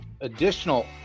additional